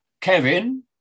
Kevin